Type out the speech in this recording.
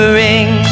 ring